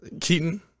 Keaton